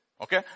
Okay